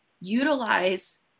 utilize